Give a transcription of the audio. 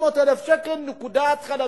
600,000 שקל, נקודה התחלתית,